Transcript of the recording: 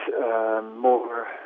more